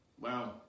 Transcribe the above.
Wow